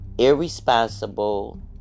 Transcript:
Irresponsible